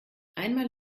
einmal